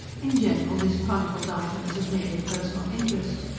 in general, this chronicled items of merely personal interest.